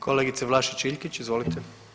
Kolegice Vlašić Iljkić, izvolite.